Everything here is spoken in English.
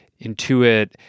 Intuit